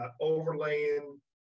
overlaying